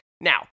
Now